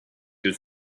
good